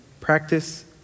Practice